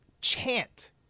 chant